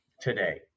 today